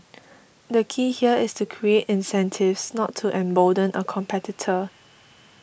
the key here is to create incentives not to embolden a competitor